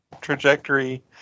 Trajectory